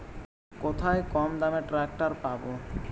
কোথায় কমদামে ট্রাকটার পাব?